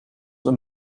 een